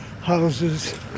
Houses